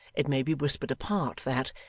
it may be whispered apart that,